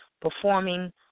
performing